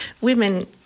women